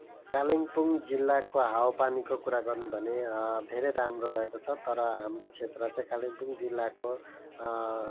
कालिम्पोङ जिल्लाको हावापानीको कुरा गर्नु भने धेरै राम्रो रहेको छ तर हाम्रो क्षेत्र चाहिँ कालिम्पोङ जिल्लाको